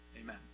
amen